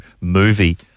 movie